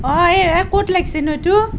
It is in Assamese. অঁ এই ক'ত লাগিছেনো এইটো